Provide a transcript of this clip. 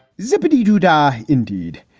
zip a dee doo die. indeed,